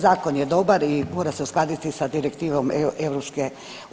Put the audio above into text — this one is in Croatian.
Zakon je dobar i mora se uskladiti sa Direktivom EU.